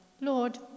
Lord